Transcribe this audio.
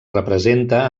representa